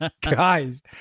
Guys